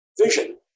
vision